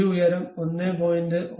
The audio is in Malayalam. ഈ ഉയരം 1